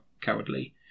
cowardly